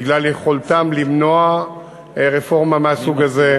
בגלל יכולתם למנוע רפורמה מהסוג הזה,